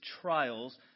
trials